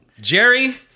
Jerry